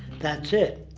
that's it.